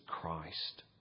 Christ